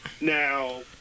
Now